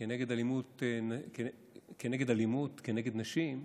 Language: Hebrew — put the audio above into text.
כנגד אלימות נגד נשים,